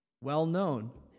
well-known